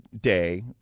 day